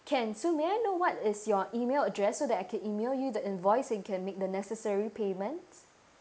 can so may I know what is your email address so that I can email you the invoice and you can make the necessary payments